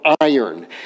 iron